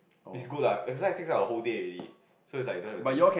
it's good lah exercise takes up the whole day already so it's like you don't have to think